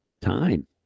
time